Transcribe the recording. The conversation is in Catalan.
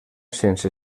sense